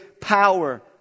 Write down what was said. power